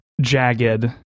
jagged